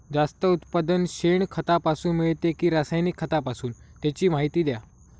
जास्त उत्पादन शेणखतापासून मिळते कि रासायनिक खतापासून? त्याची माहिती द्या